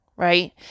Right